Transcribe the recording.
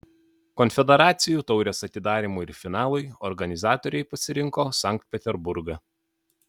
konfederacijų taurės atidarymui ir finalui organizatoriai pasirinko sankt peterburgą